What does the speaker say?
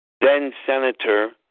then-Senator